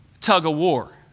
tug-of-war